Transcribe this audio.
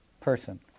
person